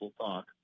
talk